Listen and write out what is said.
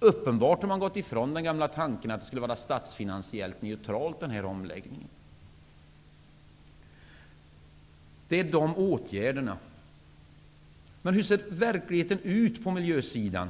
Man har uppenbarligen gått ifrån den gamla tanken att omläggningen skulle vara statsfinansiellt neutral. Detta är de åtgärder som har vidtagits. Hur ser verkligheten ut på miljöområdet?